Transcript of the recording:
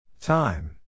Time